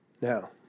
now